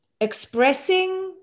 expressing